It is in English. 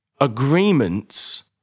agreements